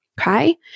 Okay